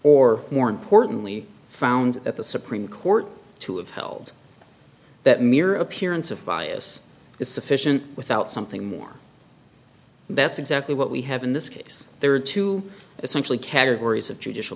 or more importantly found at the supreme court to have held that mere appearance of bias is sufficient without something more that's exactly what we have in this case there are two essentially categories of judicial